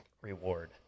Reward